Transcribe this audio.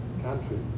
country